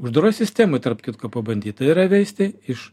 uždaroj sistemoj tarp kitko pabandyt veisti iš